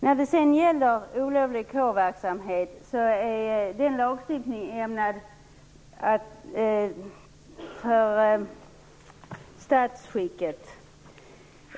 Lagstiftningen om olovlig kårverksamhet är ämnad för statsskicket.